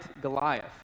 Goliath